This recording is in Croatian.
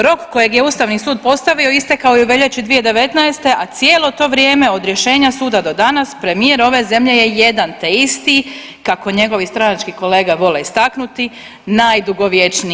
Rok kojeg je Ustavni sud postavio, istekao je u veljači 2019., a cijelo to vrijeme od rješenja suda do danas, premijer ove zemlje je jedan te isti, kako njegovi stranački kolege vole istaknuti, najdugovječniji.